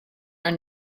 are